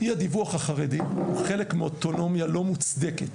אי הדיווח החרדי הוא חלק מאוטונומיה לא מוצדקת,